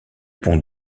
pont